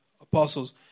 apostles